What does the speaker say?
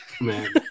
man